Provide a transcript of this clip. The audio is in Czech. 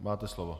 Máte slovo.